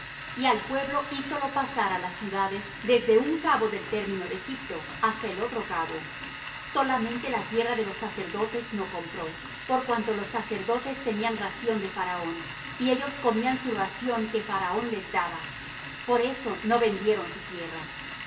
y al pueblo hízolo pasar á las ciudades desde el un cabo del término de egipto hasta el otro cabo solamente la tierra de los sacerdotes no compró por cuanto los sacerdotes tenían ración de faraón y ellos comían su ración que faraón les daba por eso no vendieron su tierra y